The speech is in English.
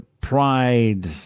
pride